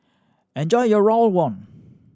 enjoy your rawon